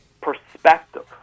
perspective